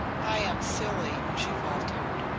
i am silly, she faltered,